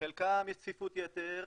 חלקם יש צפיפות יתר,